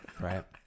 right